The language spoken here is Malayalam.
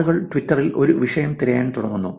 ആളുകൾ ട്വിറ്ററിൽ ഒരു വിഷയം തിരയാൻ തുടങ്ങുന്നു